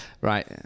right